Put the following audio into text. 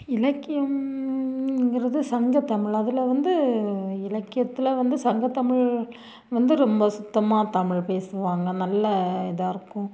இலக்கியம்ங்கிறது சங்கத்தமிழ் அதில் வந்து இலக்கியத்தில் வந்து சங்கத்தமிழ் வந்து ரொம்ப சுத்தமாக தமிழ் பேசுவாங்கள் நல்ல இதாக இருக்கும்